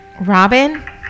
Robin